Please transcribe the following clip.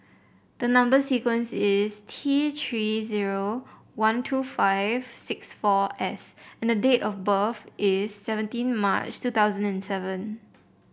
the number sequence is T Three zero one two five six four S and the date of birth is seventeen March two thousand and seven